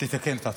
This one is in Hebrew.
תתקן את עצמך.